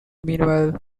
meanwhile